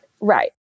right